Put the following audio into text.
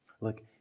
Look